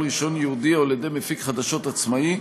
רישיון ייעודי או על-ידי מפיק חדשות עצמאי,